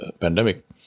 pandemic